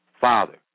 father